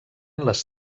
les